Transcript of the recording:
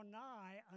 nigh